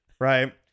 Right